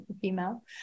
female